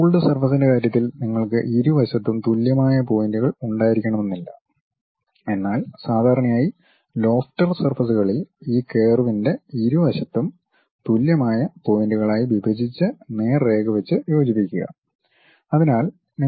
ruled സർഫസിൻ്റെ കാര്യത്തിൽ നിങ്ങൾക്ക് ഇരുവശത്തും തുല്യമായ പോയിന്റുകൾ ഉണ്ടായിരിക്കണമെന്നില്ല എന്നാൽ സാധാരണയായി ലോഫ്റ്റർ സർഫസുകളിൽ ഈ കർവിൻ്റെ ഇരുവശത്തും തുല്യമായ പോയിന്റുകളായി വിഭജിച്ച് നേർരേഖ വെച്ച് യോജിപ്പിക്കുക